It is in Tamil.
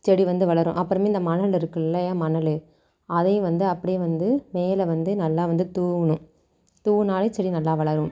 செடி வந்து வளரும் அப்புறமே இந்த மணல் இருக்கில்லையா மணல் அதையும் வந்து அப்படே வந்து மேலே வந்து நல்லா வந்து தூவணும் தூவினாலே செடி நல்லா வளரும்